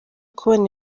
kubona